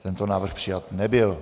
Tento návrh přijat nebyl.